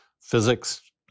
physics